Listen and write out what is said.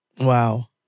Wow